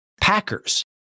Packers